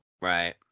Right